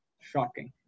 Shocking